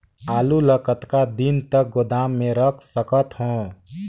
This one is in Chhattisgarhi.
आलू ल कतका दिन तक गोदाम मे रख सकथ हों?